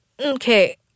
okay